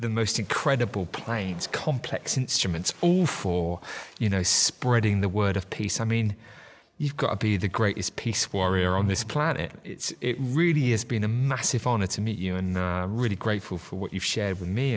the most incredible planes complex instruments all for you know spreading the word of peace i mean you've got to be the greatest piece warrior on this planet it really has been a massive honor to meet you and really grateful for what you've shared with me